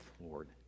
Lord